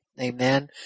Amen